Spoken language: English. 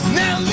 now